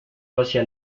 hacia